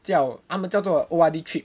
叫他们叫做 O_R_D trip